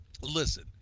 Listen